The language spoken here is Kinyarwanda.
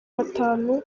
batanu